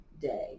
day